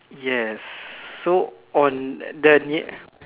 yes so on the near